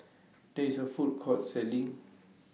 There IS A Food Court Selling